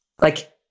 Like-